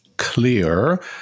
clear